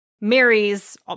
marries